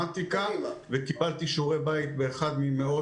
במתמטיקה וקיבלתי שיעורי בית באחד ממאות